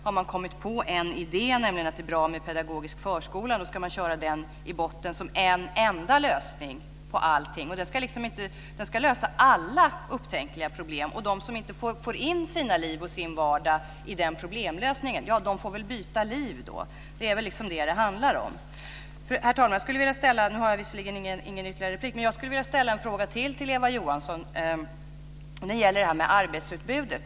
Har man kommit på en idé - nämligen att det är bra med pedagogisk förskola - ska man köra den i botten som en enda lösning på allting. Det ska lösa alla upptänkliga problem. De som inte får in sina liv och sin vardag i den problemlösningen får väl byta liv. Det är vad det handlar om. Herr talman! Nu har jag visserligen ingen ytterligare replik, men jag skulle vilja ställa ännu en fråga till Eva Johansson. Det gäller arbetsutbudet.